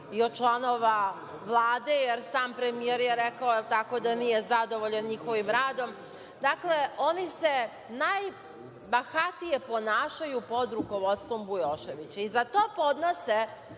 i od članova Vlade, jer sam premijer je rekao, da nije zadovoljan njihovim radom. Dakle, oni se najbahatije ponašaju pod rukovodstvom Bujoševića, i za to podnose